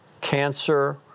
cancer